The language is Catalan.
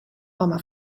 home